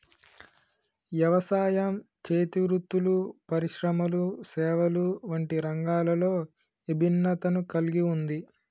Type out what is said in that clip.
యవసాయం, చేతి వృత్తులు పరిశ్రమలు సేవలు వంటి రంగాలలో ఇభిన్నతను కల్గి ఉంది